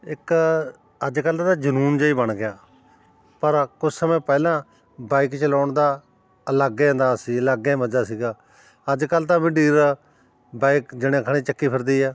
ਇੱਕ ਅੱਜ ਕੱਲ੍ਹ ਦਾ ਜਨੂੰਨ ਜਿਹਾ ਹੀ ਬਣ ਗਿਆ ਪਰ ਆ ਕੁਛ ਸਮੇਂ ਪਹਿਲਾਂ ਬਾਈਕ ਚਲਾਉਣ ਦਾ ਅਲੱਗ ਏ ਅੰਦਾਜ਼ ਸੀ ਅਲੱਗ ਏ ਮਜ਼ਾ ਸੀਗਾ ਅੱਜ ਕੱਲ੍ਹ ਤਾਂ ਮੰਡੀਰ ਬਾਈਕ ਜਣਾ ਖਣਾ ਹੀ ਚੱਕੀ ਫਿਰਦੀ ਆ